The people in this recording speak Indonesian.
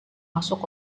masuk